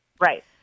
right